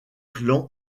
clans